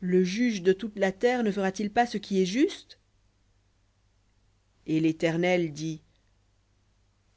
le juge de toute la terre ne fera-t-il pas ce qui est juste et l'éternel dit